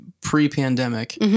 pre-pandemic